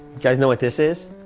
guys know what this is?